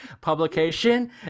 Publication